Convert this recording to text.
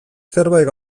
zerbait